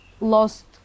lost